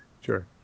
Sure